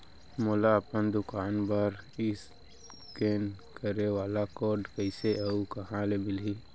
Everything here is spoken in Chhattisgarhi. मोला अपन दुकान बर इसकेन करे वाले कोड कइसे अऊ कहाँ ले मिलही?